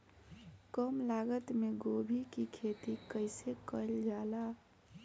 कम लागत मे गोभी की खेती कइसे कइल जाला?